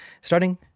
Starting